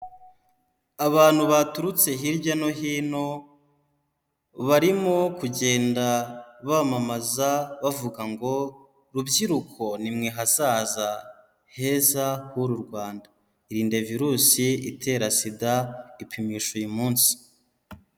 Abantu baturutse hirya no hino, barimo kugenda bamamaza bavuga ngo ''Rubyiruko ni mwe hazaza heza h'uru Rwanda, irinde virusi itera SIDA, ipimishe uyu munsi.''